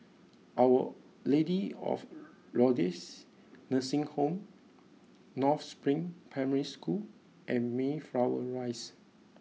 Our Lady of Lourdes Nursing Home North Spring Primary School and Mayflower Rise